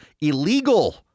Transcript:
illegal